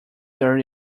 dirt